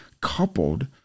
coupled